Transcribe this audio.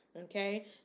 Okay